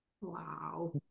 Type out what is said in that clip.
Wow